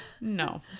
no